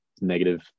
negative